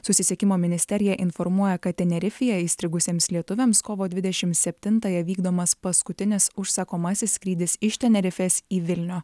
susisiekimo ministerija informuoja kad tenerifėje įstrigusiems lietuviams kovo dvidešimt septintąją vykdomas paskutinis užsakomasis skrydis iš tenerifės į vilnių